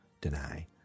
deny